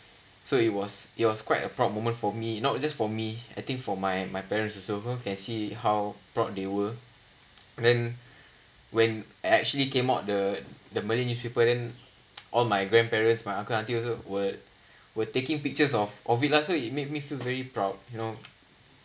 so it was it was quite a proud moment for me not just for me I think for my my parents also can see how proud they were then when actually came out the the malay newspaper then all my grandparents my uncle auntie also were were taking pictures of of it lah so it made me feel very proud you know